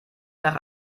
nach